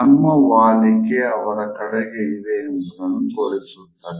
ನಮ್ಮ ವಾಲಿಕೆ ಅವರ ಕಡೆಗೆ ಇದೆ ಎಂಬುದನ್ನು ತೋರಿಸುತ್ತದೆ